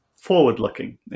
forward-looking